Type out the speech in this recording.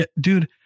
dude